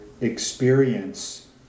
experience